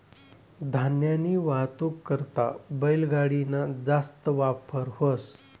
धान्यनी वाहतूक करता बैलगाडी ना जास्त वापर व्हस